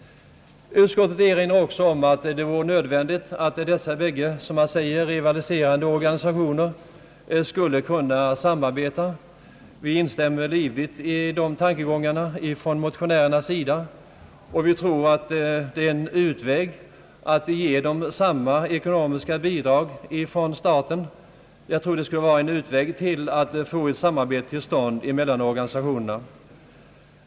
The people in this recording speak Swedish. Utskottet erinrar också om att det vore nödvändigt att dessa bägge — som man säger — rivaliserande organisationer samarbetade. Vi motionärer instämmer livligt i dessa tankegångar och tror att det är en utväg att få ett samarbete mellan organisationerna till stånd, om staten ger dem samma ekonomiska bidrag.